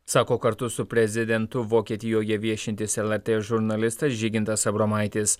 sako kartu su prezidentu vokietijoje viešintis lrt žurnalistas žygintas abromaitis